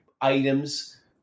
items